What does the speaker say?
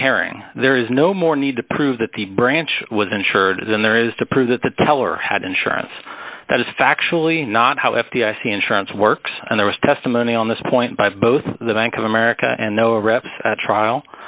herring there is no more need to prove that the branch was insured than there is to prove that the teller had insurance that is factually not how f d i c insurance works and there was testimony on this point by both the bank of america and no rep at trial